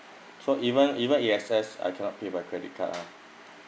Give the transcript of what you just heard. so even even it access I cannot pay by credit ah